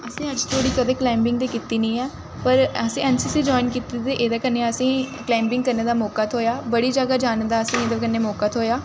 असें अज्ज धोड़ी कदें क्लाइंबिंग ते कीती निं ऐ पर असें ऐन्न सी सी ज्वाइन कीती दी ऐ ते एह्दै कन्नै असें गी क्लाइंबिंग करने दा मौका थ्होएआ बड़ा ज'गा जाने दा असें गी एह्दे कन्नै मौका थ्होएआ